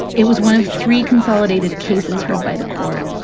it was one of three consolidated cases heard by the court.